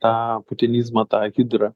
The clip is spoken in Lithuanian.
tą putinizmą tą hidrą